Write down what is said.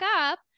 up